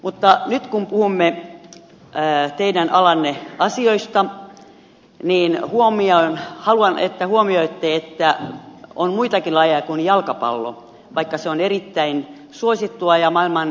mutta nyt kun puhumme teidän alanne asioista niin haluan että huomioitte että on muitakin lajeja kuin jalkapallo vaikka se on erittäin suosittua ja maailman suosituin laji